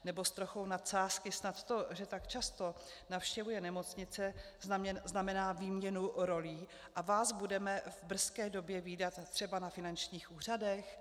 Nebo s trochou nadsázky snad to, že tak často navštěvuje nemocnice, znamená výměnu rolí a vás budeme v brzké době vídat třeba na finančních úřadech?